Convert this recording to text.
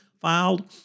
filed